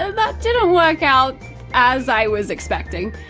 ah that didn't work out as i was expecting.